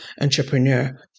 entrepreneur